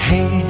Hey